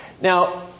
Now